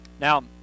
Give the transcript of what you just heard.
Now